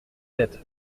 têtes